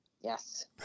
Yes